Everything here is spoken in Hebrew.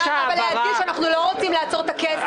להדגיש שאנחנו לא רוצים לעצור את הכסף